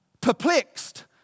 perplexed